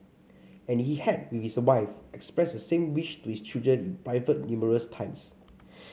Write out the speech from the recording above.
and he had with his wife expressed the same wish to his children private numerous times